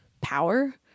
power